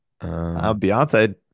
Beyonce